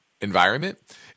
environment